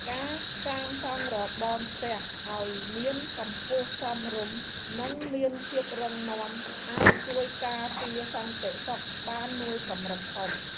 ការសាងសង់របងផ្ទះឱ្យមានកម្ពស់សមរម្យនិងមានភាពរឹងមាំអាចជួយការពារសន្តិសុខបានមួយកម្រិតធំ។